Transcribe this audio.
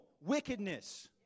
wickedness